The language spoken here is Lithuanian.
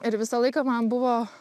ir visą laiką man buvo